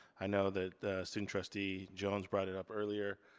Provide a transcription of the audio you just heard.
i know that student trustee jones brought it up earlier,